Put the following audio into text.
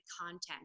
content